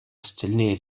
остальные